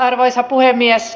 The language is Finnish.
arvoisa puhemies